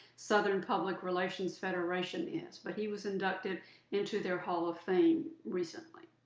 southern public relations federation is. but he was inducted into their hall of fame recently.